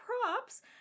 props